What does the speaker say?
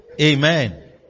Amen